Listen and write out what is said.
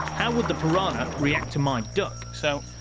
how would the piranha react to my duck? so,